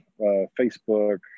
Facebook